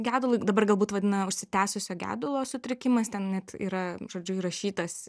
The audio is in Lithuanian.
gedului dabar galbūt vadina užsitęsusio gedulo sutrikimas ten net yra žodžiu įrašytas